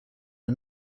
are